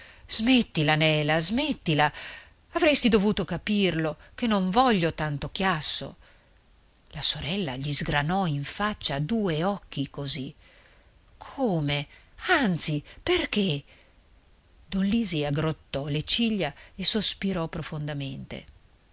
smettila nela smettila avresti dovuto capirlo che non voglio tanto chiasso la sorella gli sgranò in faccia due occhi così come anzi perché don lisi aggrottò le ciglia e sospirò profondamente